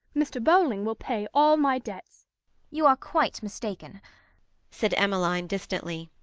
mr. bowling will pay all my debts you are quite mistaken said emmeline distantly,